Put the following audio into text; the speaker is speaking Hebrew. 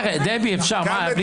אני מוכן